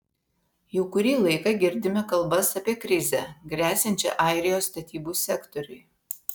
jau kurį laiką girdime kalbas apie krizę gresiančią airijos statybų sektoriui